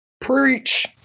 Preach